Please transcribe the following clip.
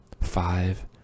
five